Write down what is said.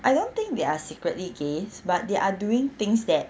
I don't think they are secretly gays but they are doing things that